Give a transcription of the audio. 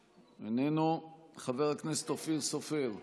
איננו, חבר הכנסת אופיר סופר.